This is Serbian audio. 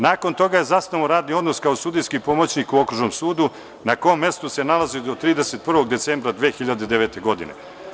Nakon toga je zasnovao radni odnos kao sudijski pomoćnik u Okružnom sudu na kom mestu se nalazio do 31. decembra 2009. godine.